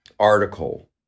article